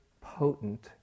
potent